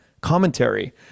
commentary